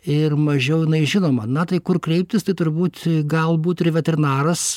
ir mažiau žinoma na tai kur kreiptis tai turbūt galbūt ir veterinaras